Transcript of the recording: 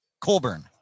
Colburn